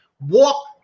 Walk